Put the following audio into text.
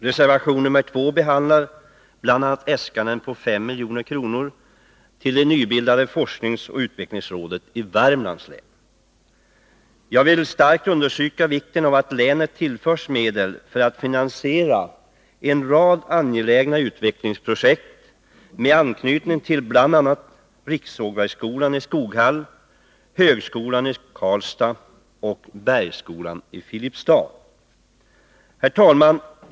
Reservation nr 2 behandlar bl.a. äskanden på 5 milj.kr. till det nybildade forskningsoch utvecklingsrådet i Värmlands län. Jag vill starkt understryka vikten av att länet tillförs medel för att finansiera en rad angelägna utvecklingsprojekt med anknytning till bl.a. rikssågverksskolan i Skoghall, högskolan i Karlstad och Bergsskolan i Filipstad. Herr talman!